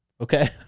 okay